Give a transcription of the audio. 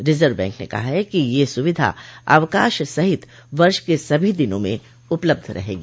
reserve bank ने कहा है कि यह सुविधा अवकाश सहित वर्ष के सभी दिनों में उपलब्ध रहेगी